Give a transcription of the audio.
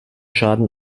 schaden